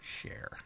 share